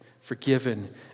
forgiven